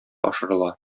ашырыла